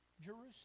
Jerusalem